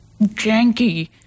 janky